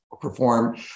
perform